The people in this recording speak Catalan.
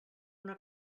una